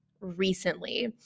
recently